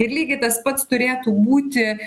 ir lygiai tas pats turėtų būti